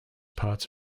parts